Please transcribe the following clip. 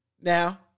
Now